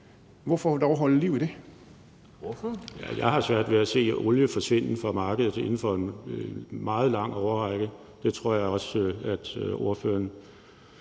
Seier Christensen (NB): Jeg har svært ved at se olie forsvinde fra markedet inden for en meget lang årrække, og det tror jeg også at ordføreren